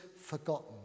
forgotten